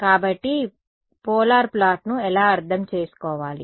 కాబట్టి పోలార్ ప్లాట్ను ఎలా అర్థం చేసుకోవాలి